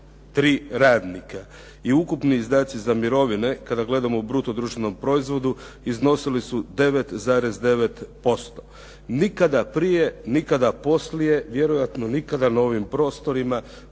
3 radnika. I ukupni izdaci za mirovine kada gledamo u bruto društvenom proizvodu iznosili su 9,9%. Nikada prije, nikada poslije vjerojatno nikada na ovim prostorima